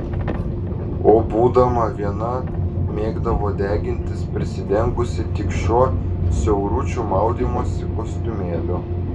o būdama viena mėgdavo degintis prisidengusi tik šiuo siauručiu maudymosi kostiumėliu